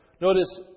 Notice